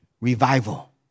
revival